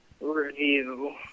review